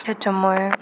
ह्याच्यामुळे